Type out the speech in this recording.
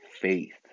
faith